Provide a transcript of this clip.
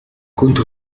كنت